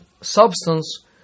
substance